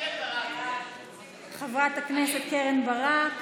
את חברת הכנסת קרן ברק,